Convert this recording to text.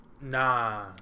Nah